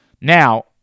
Now